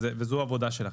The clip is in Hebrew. וזו העבודה שלכם.